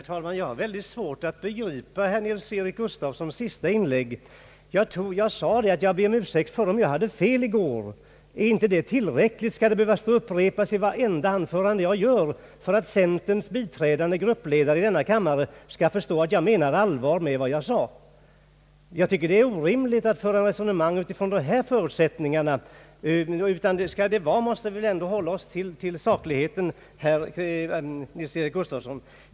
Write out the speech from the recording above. Herr talman! Jag har mycket svårt att begripa herr Nils-Eric Gustafssons senaste inlägg. Jag sade att jag ber om ursäkt, om jag hade fel i går. Är inte det tillräckligt? Skall det behöva upprepas i varenda anförande jag gör, för att centerns biträdande gruppledare i denna kammare skall förstå att jag menar allvar med vad jag säger? Jag tycker att det är orimligt att föra resonemanget från dessa förutsättningar. Skall vi resonera, måste vi väl ändå hålla oss till sakligheten, herr Nils Eric Gustafsson.